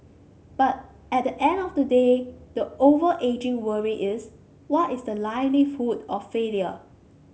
but at the end of the day the overarching worry is what is the likelihood of failure